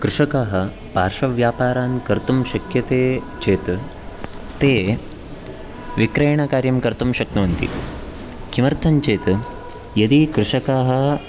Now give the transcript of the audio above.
कृषकाः पार्श्वव्यापारान् कर्तुं शक्यते चेत् ते विक्रयणकार्यं कर्तुं शक्नुवन्ति किमर्थं चेत् यदि कृषकाः